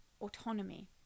autonomy